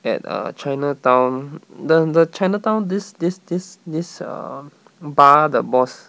at uh chinatown the the chinatown this this this this err bar the boss